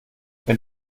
wenn